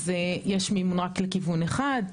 אז יש מימון רק לכיוון אחד,